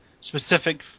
specific